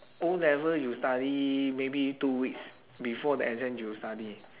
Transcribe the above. O-level you study maybe two weeks before the exam you will study